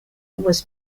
was